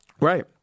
Right